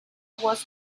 was